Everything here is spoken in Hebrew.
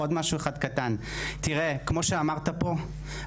כמו שאמרת פה,